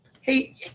Hey